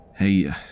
Hey